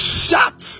shut